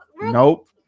Nope